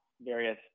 various